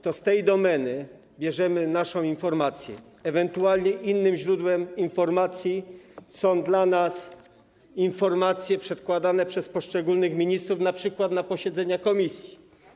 To z tej domeny czerpiemy nasze informacje, ewentualnie innym źródłem informacji są dla nas informacje przedkładane przez poszczególnych ministrów np. na posiedzeniach komisji.